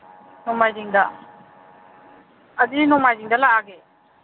ꯅꯣꯡꯃꯥꯏꯖꯤꯡꯗ ꯑꯗꯨꯗꯤ ꯅꯣꯡꯃꯥꯏꯖꯤꯡꯗ ꯂꯥꯛꯑꯒꯦ